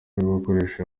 gukoresha